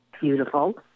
beautiful